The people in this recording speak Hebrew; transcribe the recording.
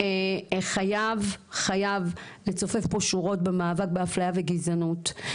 חייב לצופף פה שורות במאבק בהפליה וגזענות.